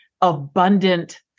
abundant